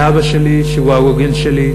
לאבא שלי, שהוא העוגן שלי,